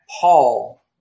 Paul